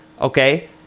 okay